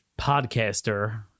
podcaster